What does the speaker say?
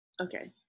Okay